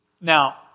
Now